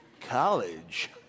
college